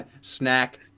snack